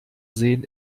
sehen